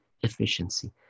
efficiency